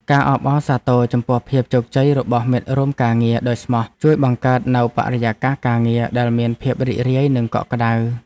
ការអបអរសាទរចំពោះភាពជោគជ័យរបស់មិត្តរួមការងារដោយស្មោះ ជួយបង្កើតនូវបរិយាកាសការងារដែលមានភាពរីករាយនិងកក់ក្តៅ។